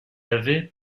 avait